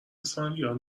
اسفندیار